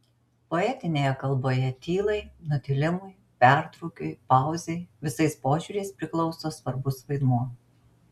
poetinėje kalboje tylai nutilimui pertrūkiui pauzei visais požiūriais priklauso svarbus vaidmuo